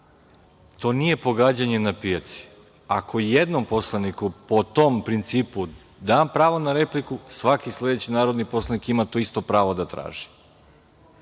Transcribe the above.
To nije pogađanje na pijaci. Ako i jednom poslaniku po tom principu dam pravo na repliku, svaki sledeći narodni poslanik ima to isto pravo da traži.